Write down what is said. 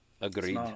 Agreed